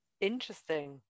interesting